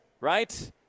right